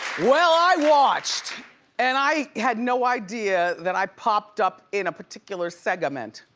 well, i watched and i had no idea that i popped up in a particular segment.